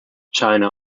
china